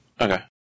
Okay